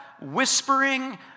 whispering